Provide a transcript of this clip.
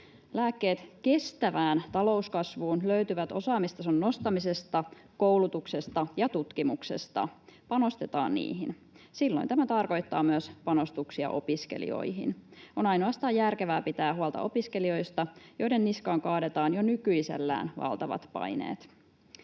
Lääkkeet kestävään talouskasvuun löytyvät osaamistason nostamisesta, koulutuksesta ja tutkimuksesta. Panostetaan niihin. Silloin tämä tarkoittaa myös panostuksia opiskelijoihin. On ainoastaan järkevää pitää huolta opiskelijoista, joiden niskaan kaadetaan jo nykyisellään valtavat paineet.